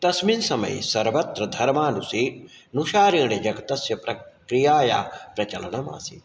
तस्मिन् समये सर्वत्र धर्मानुसे नुशारणजगतस्य प्रक्रियाय प्रचलनम् आसीत्